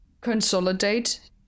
Consolidate